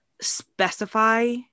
specify